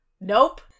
Nope